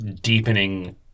deepening